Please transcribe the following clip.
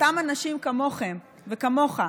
אותם אנשים כמוכם וכמוך,